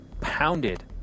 pounded